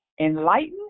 enlighten